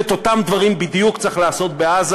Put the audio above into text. את אותם דברים בדיוק צריך לעשות בעזה.